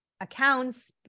accounts